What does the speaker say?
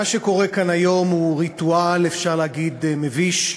מה שקורה כאן היום הוא ריטואל, אפשר לומר, מביש,